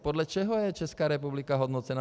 Podle čeho je Česká republika hodnocena?